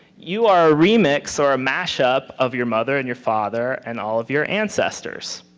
you are a remix or a mash-up of your mother and your father and all of your ancestors.